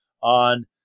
on